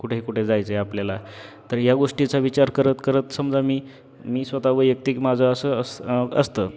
कुठे कुठे जायचे आपल्याला तर या गोष्टीचा विचार करत करत समजा मी मी स्वतः वैयक्तिक माझं असं असं असतं